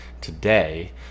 today